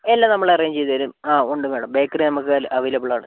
എല്ലാം നമ്മൾ അറേഞ്ച് ചെയ്ത് തരും ആ ഉണ്ട് മേഡം ബേക്കറി നമുക്ക് അല അവൈലബിൾ ആണ്